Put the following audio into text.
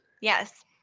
Yes